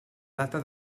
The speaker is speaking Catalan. data